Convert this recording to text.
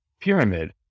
pyramid